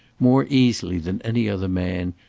more easily than any other man,